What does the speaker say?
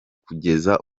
kugeza